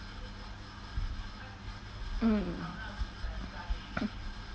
mm